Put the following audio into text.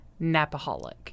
Napaholic